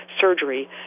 surgery